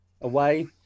away